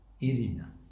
Irina